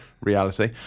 reality